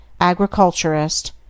agriculturist